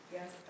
Yes